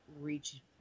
reach